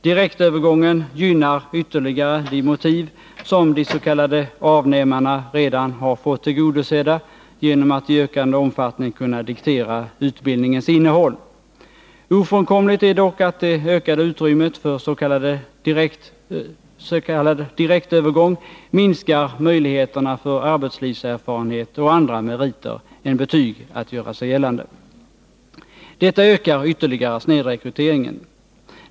Direktövergången gynnar ytterligare de motiv som de s.k. avnämarna redan har fått tillgodosedda genom att i ökande omfattning kunna diktera utbildningens innehåll. Ofrånkomligt är dock att det ökade utrymmet för s.k. direktövergång minskar möjligheterna för arbetslivserfarenhet och andra meriter än betyg att göra sig gällande. Detta ökar ytterligare snedrekryteringen.